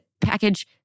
package